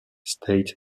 state